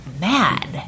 mad